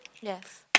yes